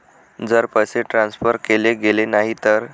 जर पैसे ट्रान्सफर केले गेले नाही तर?